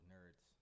Nerds